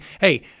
hey